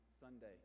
Sunday